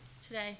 today